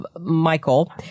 Michael